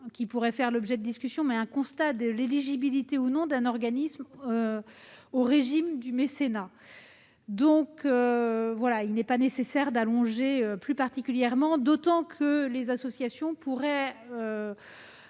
qui pourrait faire l'objet de discussions, mais à un constat de l'éligibilité, ou non, d'un organisme au régime du mécénat. Il n'est donc pas nécessaire d'allonger particulièrement ces délais, d'autant qu'une association pourrait